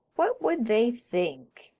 what would they think?